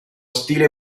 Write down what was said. stile